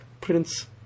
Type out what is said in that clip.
Prince